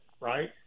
right